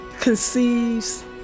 conceives